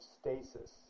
stasis